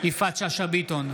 יפעת שאשא ביטון,